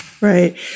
Right